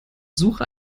suche